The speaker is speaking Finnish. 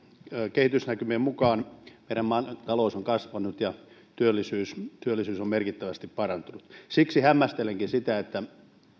kehitysnäkymien mukaan maamme talous on kasvanut ja työllisyys työllisyys on merkittävästi parantunut siksi hämmästelenkin sitä että